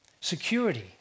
security